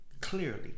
clearly